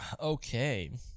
okay